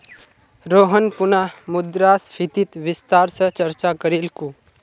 रोहन पुनः मुद्रास्फीतित विस्तार स चर्चा करीलकू